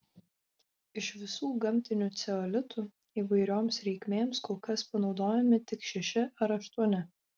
iš visų gamtinių ceolitų įvairioms reikmėms kol kas panaudojami tik šeši ar aštuoni